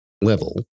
level